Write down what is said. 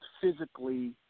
physically